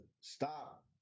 stop